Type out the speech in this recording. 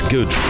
Good